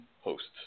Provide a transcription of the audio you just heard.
hosts